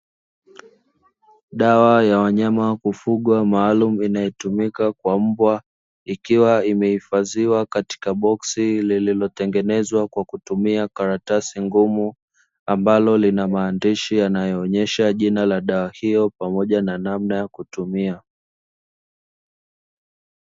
Dawa ya wanyama wa kufugwa maalumu inayotumika kwa mbwa, ikiwa imehifadhiwa katika boksi lililotengenezwa kwa kutumia karatasi ngumu, ambalo lina maandishi yanayoonyesha jina la dawa hiyo pamoja na namna ya kutumia.